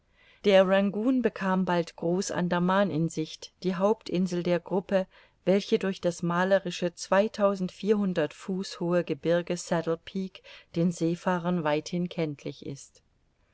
rangoon bekam bald groß andaman in sicht die hauptinsel der gruppe welche durch das malerische zweitausendvierhundert fuß hohe gebirge saddle peack den seefahrern weithin kenntlich ist